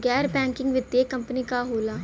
गैर बैकिंग वित्तीय कंपनी का होला?